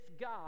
God